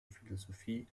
philosophie